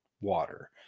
water